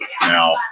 Now